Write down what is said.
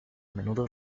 menudo